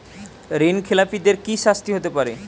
ঋণ খেলাপিদের কি শাস্তি হতে পারে?